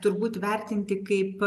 turbūt vertinti kaip